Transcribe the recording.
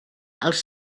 els